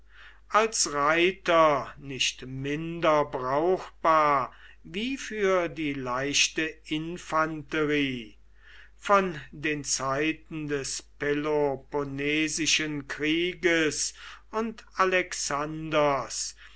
als reiter nicht minder brauchbar wie für die leichte infanterie von den zeiten des peloponnesischen krieges und alexanders